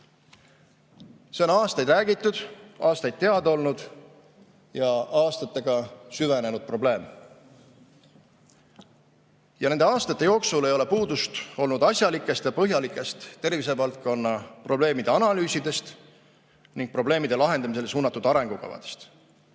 See on aastaid räägitud, aastaid teada olnud ja aastatega süvenenud probleem. Nende aastate jooksul ei ole puudust olnud asjalikest ja põhjalikest tervishoiuvaldkonna probleemide analüüsidest ning probleemide lahendamisele suunatud arengukavadest.